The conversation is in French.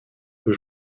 peu